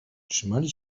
trzymali